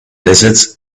lizards